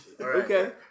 Okay